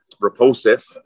repulsive